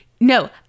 No